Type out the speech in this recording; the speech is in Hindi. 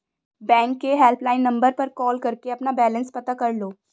बैंक के हेल्पलाइन नंबर पर कॉल करके अपना बैलेंस पता कर लो